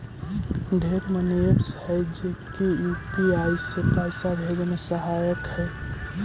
ढेर money apps हई जे की यू.पी.आई से पाइसा भेजे में सहायक हई